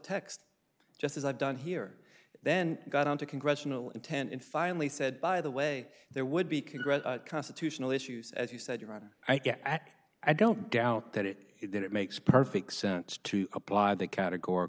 text just as i've done here then got on to congressional intent and finally said by the way there would be correct constitutional issues as you said your honor i get i don't doubt that it it makes perfect sense to apply that categor